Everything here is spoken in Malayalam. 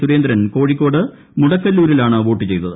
സുരേന്ദ്രൻ കോഴിക്കോട് മുടക്കല്ലൂരിലാണ് വോട്ട് ചെയ്തത്